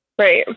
Right